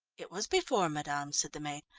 it was before, madame, said the maid.